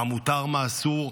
מה מותר מה אסור,